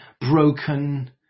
broken